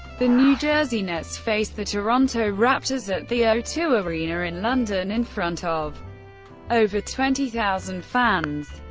the new jersey nets faced the toronto raptors at the o two arena in london in front of over twenty thousand fans.